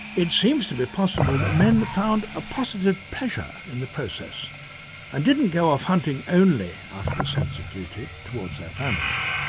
it seems to be possible that men found a positive pleasure in the process and didn't go off hunting only out of a sense of duty towards their families.